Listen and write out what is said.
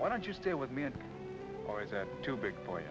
why don't you stay with me or is that too big